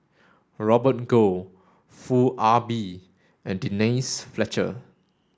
Robert Goh Foo Ah Bee and Denise Fletcher